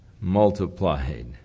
multiplied